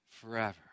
forever